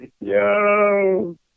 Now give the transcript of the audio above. Yo